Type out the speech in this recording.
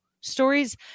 stories